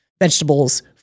vegetables